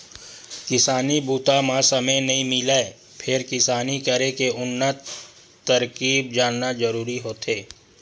किसानी बूता म समे नइ मिलय फेर किसानी करे के उन्नत तरकीब जानना जरूरी होथे